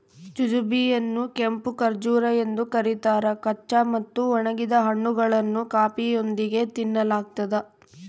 jujube ಯನ್ನುಕೆಂಪು ಖರ್ಜೂರ ಎಂದು ಕರೀತಾರ ಕಚ್ಚಾ ಮತ್ತು ಒಣಗಿದ ಹಣ್ಣುಗಳನ್ನು ಕಾಫಿಯೊಂದಿಗೆ ತಿನ್ನಲಾಗ್ತದ